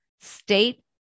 state